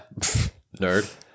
Nerd